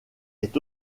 est